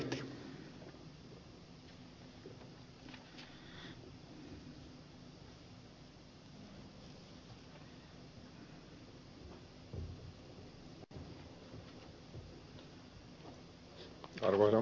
arvoisa herra puhemies